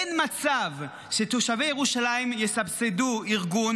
אין מצב שתושבי ירושלים יסבסדו ארגון